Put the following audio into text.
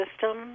system